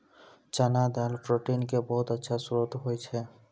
चना दाल प्रोटीन के बहुत अच्छा श्रोत होय छै